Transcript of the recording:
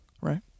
Right